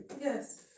Yes